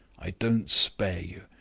i don't spare you.